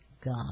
God